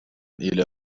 إلى